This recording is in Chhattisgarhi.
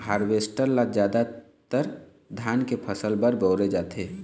हारवेस्टर ल जादातर धान के फसल बर बउरे जाथे